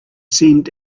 seemed